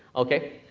ok.